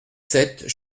sept